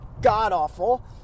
god-awful